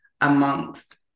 amongst